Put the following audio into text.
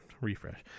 Refresh